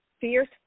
fierce